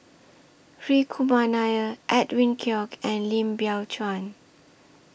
Hri Kumar Nair Edwin Koek and Lim Biow Chuan